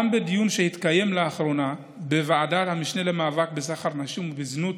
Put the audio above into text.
גם בדיון שהתקיים לאחרונה בוועדת המשנה למאבק בסחר נשים ובזנות